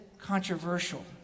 controversial